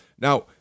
Now